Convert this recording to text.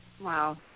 Wow